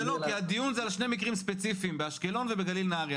כי הדיון זה על השני מקרים ספציפיים באשקלון ובגליל נהריה,